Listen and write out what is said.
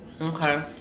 Okay